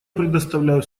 предоставляю